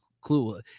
clue